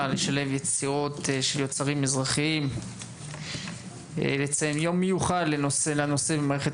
לשלב יצירות של יוצרים מזרחים; לציין יום מיוחד לנושא במערכת